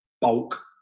bulk